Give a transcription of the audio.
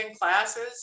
classes